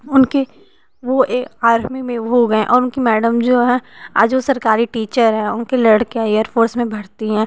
उनके वो ए आर्मी में हो गएँ और उनकी मैडम जो हैं आज वो सरकारी टीचर हैं उनकी लड़कियाँ एयर फ़ोर्स में भर्ती हैं